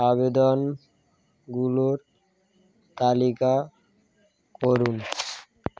আবেদনগুলোর তালিকা করুুন